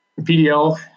PDL